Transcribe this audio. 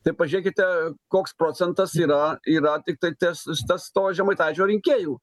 tai pažiūrėkite koks procentas yra yra tiktai tas tas to žemaitaičio rinkėjų